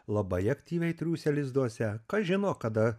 labai aktyviai triūsia lizduose kas žino kada